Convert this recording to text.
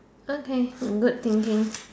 okay good thinking